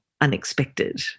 unexpected